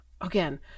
Again